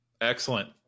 Excellent